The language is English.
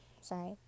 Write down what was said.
sorry